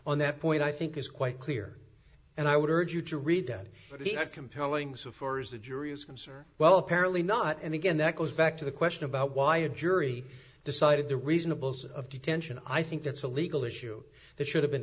on that point i think is quite clear and i would urge you to read that the as compelling so far as the jury is concerned well apparently not and again that goes back to the question about why a jury decided the reasonable size of detention i think that's a legal issue that should have been